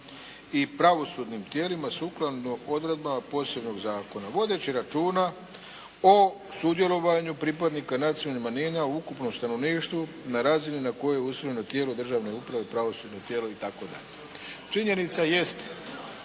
i pravosudnim tijelima sukladno odredbama posebnog zakona, vodeći računa o sudjelovanju pripadnika nacionalnih manjina u ukupnom stanovništvu na razini na kojoj je usvojeno tijelo državne uprave, pravosudno tijelo …", i tako dalje. Činjenica jest